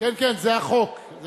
זה החוק.